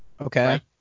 Okay